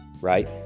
right